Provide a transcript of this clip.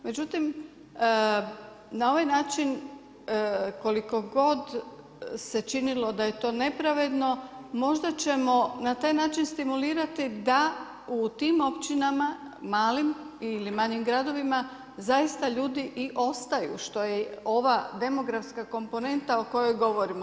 Međutim, na ovaj način koliko god se činilo da je to nepravedno možda ćemo na taj način stimulirati da u tim općinama malim ili manjim gradovima zaista ljudi i ostaju što je ova demografska komponenta o kojoj govorimo.